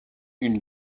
une